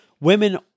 women